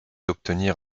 obtenir